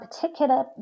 particular